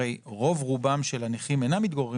הרי רוב רובם של הנכים אינם מתגוררים